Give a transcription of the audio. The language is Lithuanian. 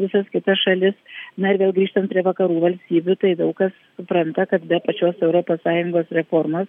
visas kitas šalis na ir vėl grįžtant prie vakarų valstybių tai daug kas supranta kad be pačios europos sąjungos reformos